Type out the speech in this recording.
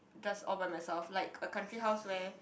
just all by myself like a country house where